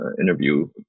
interview